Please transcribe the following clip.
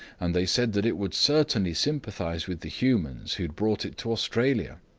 and they said that it would certainly sympathize with the humans who had brought it to australia.